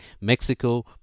Mexico